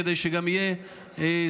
כדי שגם יהיה סדר: